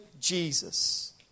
Jesus